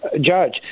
judge